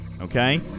Okay